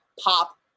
pop